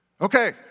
Okay